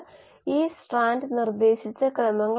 Slide Time 2908 ഇത് ഒരു പ്രധാന ആശയമാണ്